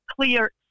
clear